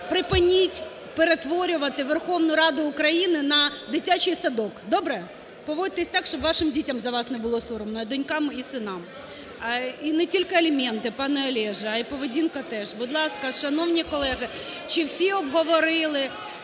Припиніть перетворювати Верховну Раду України на дитячий садок, добре? Поводьтесь так, щоб вашим дітям за вас не було соромно, донькам і синам. І не тільки аліменти, пане Олеже, а і поведінка теж. (Шум у залі) Будь ласка, шановні колеги, чи всі обговорили?